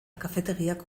kafetegiak